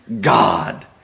God